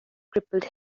crippled